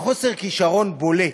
בחוסר כישרון בולט.